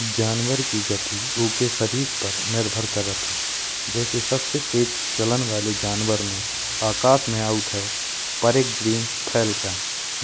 जनवर की गति उके सरीर पर निर्भर करत है। जैसे सबसे तज चलन वाले जनवर में आकाश के अउत है। Peregrine falcon